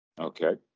Okay